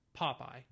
Popeye